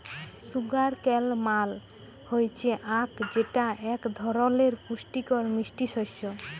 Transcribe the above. sugar কেল মাল হচ্যে আখ যেটা এক ধরলের পুষ্টিকর মিষ্টি শস্য